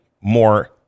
more